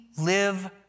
live